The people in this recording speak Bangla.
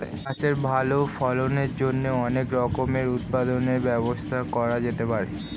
চাষে ভালো ফলনের জন্য অনেক রকমের উৎপাদনের ব্যবস্থা করা যেতে পারে